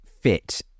fit